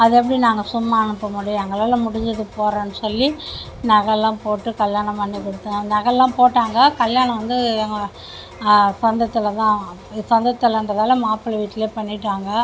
அது எப்படி நாங்கள் சும்மா அனுப்ப முடியும் எங்களால் முடிஞ்சதை போடறோன்னு சொல்லி நகைலாம் போட்டு கல்யாணம் பண்ணி கொடுத்து நகைலாம் போட்டாங்க கல்யாணம் வந்து எங்கள் சொந்தத்தில்தான் சொந்தத்திலேன்றதால மாப்ளை வீட்டிலயே பண்ணிட்டாங்க